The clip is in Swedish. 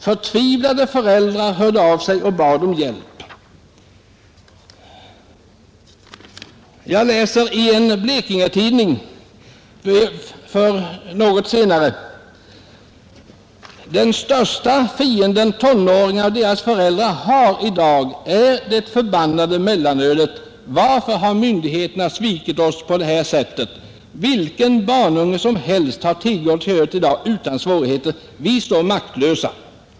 Förtvivlade föräldrar hörde av sig och bad om hjälp.” Jag citerar en Blekingetidning något senare: ”Den största fienden tonåringarna och deras föräldrar har i dag är det förbannade mellanölet! Varför har myndigheterna svikit oss på det här sättet? Vilken barnunge som helst har tillgång till ölet i dag — utan svårigheter. Vi står maktlösa!